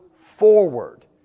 forward